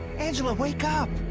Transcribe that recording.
angela, wake up!